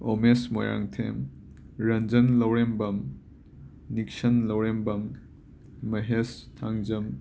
Omesh Moirangthem Ranjan Laurembam Nixon Laurembam Mahesh Thangjam